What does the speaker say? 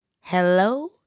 hello